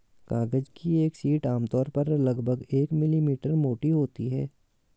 कागज की एक शीट आमतौर पर लगभग एक मिलीमीटर मोटी होती है